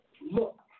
look